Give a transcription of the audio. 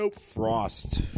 frost